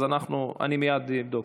אז אני מייד אבדוק.